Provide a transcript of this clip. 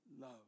love